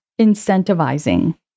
incentivizing